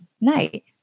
night